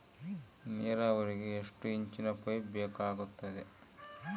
ನೇರಾವರಿಗೆ ಎಷ್ಟು ಇಂಚಿನ ಪೈಪ್ ಬೇಕಾಗುತ್ತದೆ?